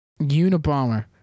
Unabomber